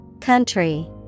Country